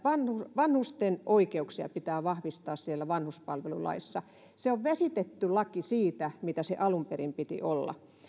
vanhusten oikeuksia pitää vahvistaa siellä vanhuspalvelulaissa se on vesitetty laki siitä mitä sen alun perin piti olla